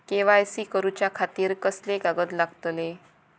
KYC करूच्या खातिर कसले कागद लागतले?